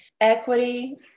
Equity